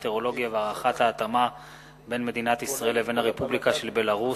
המטרולוגיה והערכת ההתאמה בין מדינת ישראל לבין הרפובליקה של בלרוס.